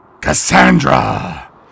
Cassandra